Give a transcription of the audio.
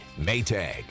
Maytag